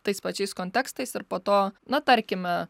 tais pačiais kontekstais ir po to na tarkime